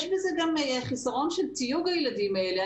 יש בזה גם חסרון של תיוג הילדים האלה.